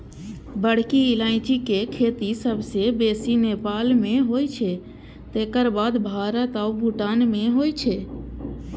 बड़की इलायचीक खेती सबसं बेसी नेपाल मे होइ छै, तकर बाद भारत आ भूटान मे होइ छै